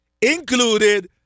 Included